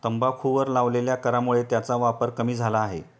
तंबाखूवर लावलेल्या करामुळे त्याचा वापर कमी झाला आहे